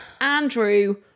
Andrew